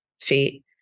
feet